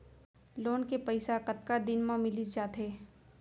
Loan के पइसा कतका दिन मा मिलिस जाथे?